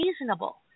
reasonable